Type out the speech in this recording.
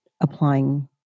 applying